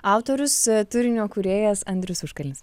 autorius turinio kūrėjas andrius užkalnis